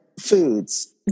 foods